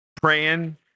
praying